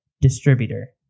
distributor